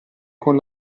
con